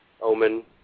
Omen